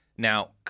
Now